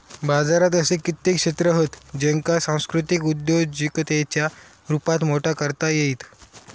बाजारात असे कित्येक क्षेत्र हत ज्येंका सांस्कृतिक उद्योजिकतेच्या रुपात मोठा करता येईत